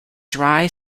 dry